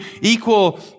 equal